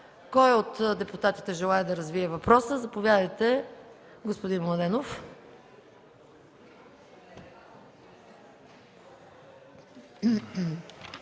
Кой от депутатите желае да развие въпроса? Заповядайте, господин Младенов.